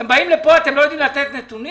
אתם באים לפה, אתם לא יודעים לתת נתונים,